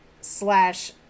slash